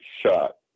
shot